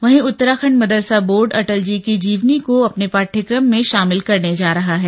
वहीं उत्तराखंड मदरसा बोर्ड अटल जी की जीवनी को अपने पाठ्यक्रम में शामिल करने जा रहा है